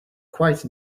quite